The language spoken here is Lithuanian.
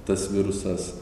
tas virusas